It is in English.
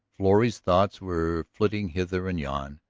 florrie's thoughts were flitting hither and yon,